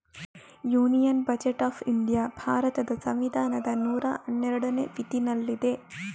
union budget of India ಭಾರತದ ಸಂವಿಧಾನದ ನೂರಾ ಹನ್ನೆರಡನೇ ವಿಧಿನಲ್ಲಿದೆ